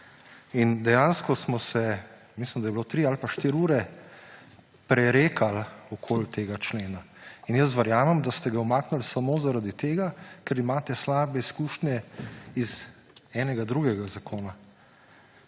dejansko smo se – mislim, da je bilo 3 ali pa 4 ure – prerekali okoli tega člena. In jaz verjamem, da ste ga umaknili samo zaradi tega, ker imate slabe izkušnje iz enega drugega zakona.